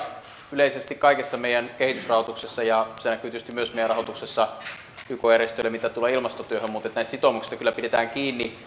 yleisesti kaikessa meidän kehitysrahoituksessamme ja se näkyy tietysti myös meidän rahoituksessamme yk järjestöille mitä tulee ilmastotyöhön mutta näistä sitoumuksista kyllä pidetään kiinni